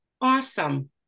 Awesome